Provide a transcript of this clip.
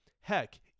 Heck